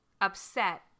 upset